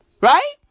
Right